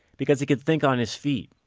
because he could think on his feet,